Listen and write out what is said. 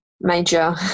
major